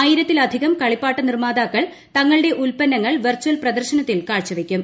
ആയി രത്തിലധികം കളിപ്പാട്ട നിർമാതാക്കൾ തങ്ങളുടെ ഉത്പന്നങ്ങൾ വെർച്ചൽ പ്രദർശനത്തിൽ കാഴ്ച വയ്ക്കും